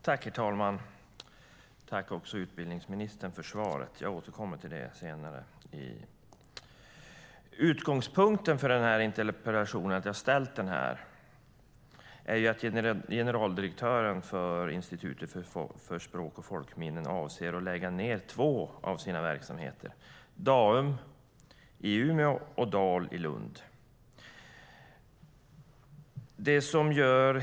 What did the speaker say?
Herr talman! Tack för svaret, utbildningsministern! Jag återkommer till det senare. Utgångspunkten för interpellationen är att generaldirektören för Institutet för språk och folkminnen avser att lägga ned två av sina verksamheter, Daum i Umeå och Dal i Lund.